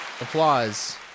Applause